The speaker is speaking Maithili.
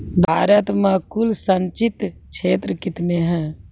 भारत मे कुल संचित क्षेत्र कितने हैं?